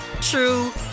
true